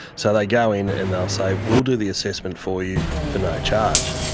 so they go in and they'll say we'll do the assessment for you for no charge,